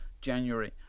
January